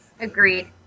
agreed